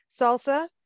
salsa